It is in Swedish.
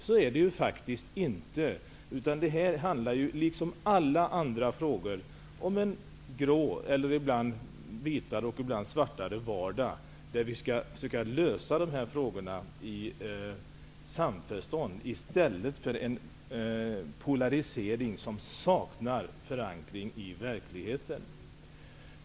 Så är ju faktiskt inte fallet, utan här liksom i alla andra frågor handlar det om en grå eller ibland ljusare vardag, där vi skall försöka lösa problemen i samförstånd i stället för genom en polarisering som saknar förankring i verkligheten.